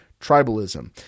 tribalism